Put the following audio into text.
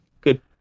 Good